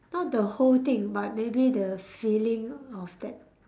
not the whole thing but maybe the feeling of that